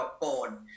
born